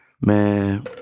Man